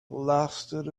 lasted